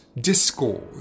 discord